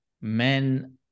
men